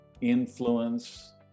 influence